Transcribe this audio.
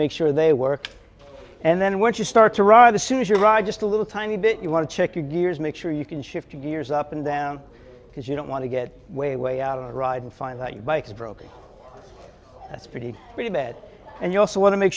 make sure they work and then once you start to ride the suit your ride just a little tiny bit you want to check your gears make sure you can shift gears up and down because you don't want to get way way out of the ride and find that your bike is broken that's pretty pretty bad and you also want to make